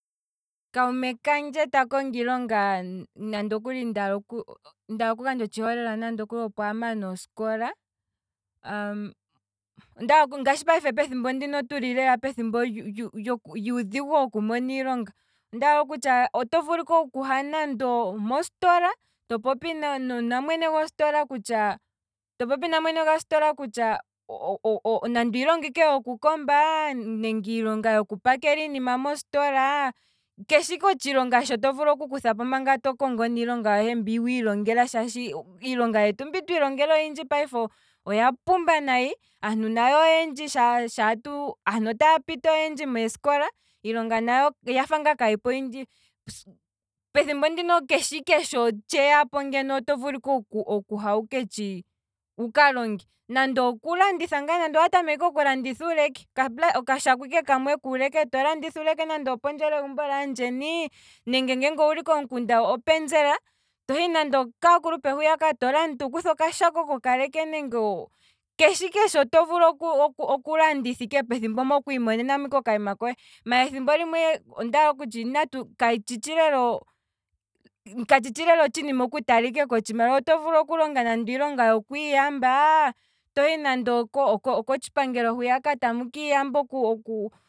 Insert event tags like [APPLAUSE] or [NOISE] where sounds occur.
Kuume kandje ta kongo iilonga nande okuli ndaala oku- ndaala oku gandja otshiholelwa nande okuli, opo amana osikola, [HESITATION] ngashi payife pethimbo ndino tuli lyu- lyu- lyuudhigu woku mona iilonga, oto vulu ike okuha nande omositola, to popi na mwene gositola kutya, to popi na mwene gositola kutya, [HESITATION] nande iilonga ike yoku komba. nenge yoku pakela iinima mositola, keshe ike otshilonga shi toku thapo manga tokoko iilonga yohe mbi wiilongela shaashi iilonga yetu mbi twiilongela oya pumba nayi, aantu nayo otaa piti oyendji mosikola, iilonga nayo oyafa ngaa kayipo oyindji, pethimbo ndino keshe ike sho tsheyapo ngeno, oto vulu ike okuha wuka longe, nenge oku landitha ngaa, nande owa tameke ike oku landitha uuleke, okashako ike kamwe nande opondje hegumbo lyaandjeni, nenge nge owuli komukunda hwiyaka pethimbo lyopenzela, tokutha okashako toka landitha kaakulupe, tokutha okashako kokaleke na keshe ike shono to vulu okulanditha ike pethimbo mpono opo wu vule okwiimonena ike okayima kohe, maala thimbo limwe ondaala okutya katshitshi lela otshinima oku tala ike kotshimaliwa, oto vulu okulonga nande iilonga yokwiiyamba, tohi nande okotshipangelo hwiya tamu kiiyamba oku- oku